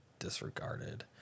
disregarded